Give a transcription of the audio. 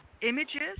images